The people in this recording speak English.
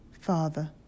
Father